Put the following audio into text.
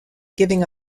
giving